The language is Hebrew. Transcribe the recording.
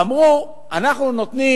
אמרו: אנחנו נותנים